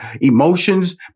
emotions